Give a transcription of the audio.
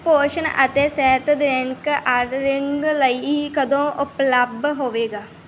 ਪੋਸ਼ਣ ਅਤੇ ਸਿਹਤ ਦਰਿੰਕ ਆਰਡਰਿੰਗ ਲਈ ਕਦੋਂ ਉਪਲੱਬਧ ਹੋਵੇਗਾ